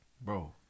Bro